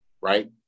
right